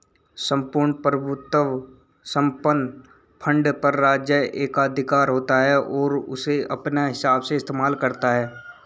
सम्पूर्ण प्रभुत्व संपन्न फंड पर राज्य एकाधिकार होता है और उसे अपने हिसाब से इस्तेमाल करता है